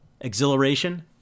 exhilaration